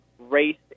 race